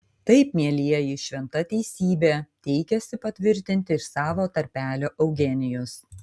taip mielieji šventa teisybė teikėsi patvirtinti iš savo tarpelio eugenijus